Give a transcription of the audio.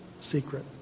secret